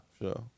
Sure